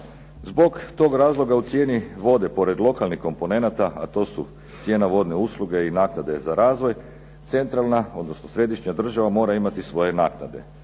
Zbog tog razloga u cijeni vode pored lokalnih komponenata, a to su cijena vodne usluge i naknade za razvoj, centralna, odnosno središnja država mora imati svoje naknade,